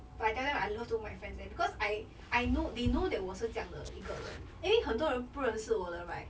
but I tell them I love to my friends eh because I I know they know that 我是这样的一个人因为很多人不认识我的 right